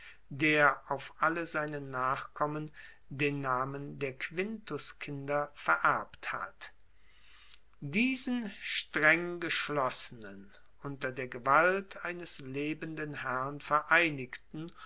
der auf alle seine nachkommen den namen der quintuskinder vererbt hat diesen streng geschlossenen unter der gewalt eines lebenden herrn vereinigten